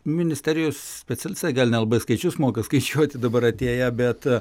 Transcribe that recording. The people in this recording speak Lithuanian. ministerijos specialistai gal nelabai skaičius moka skaičiuoti dabar atėję bet